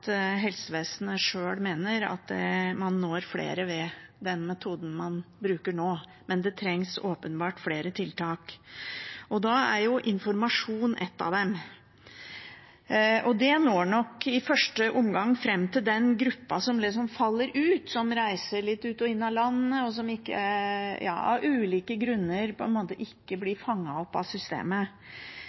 helsevesenet sjøl mener at man når flere med den metoden man bruker nå. Men det trengs åpenbart flere tiltak, og da er informasjon et av dem. Det når nok i første omgang fram til den gruppa som faller ut, som reiser litt ut og inn av landet, og som av ulike grunner ikke blir fanget opp av systemet.